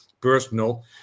personal